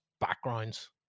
backgrounds